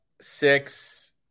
Six